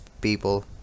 people